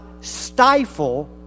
stifle